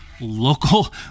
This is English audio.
local